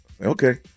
Okay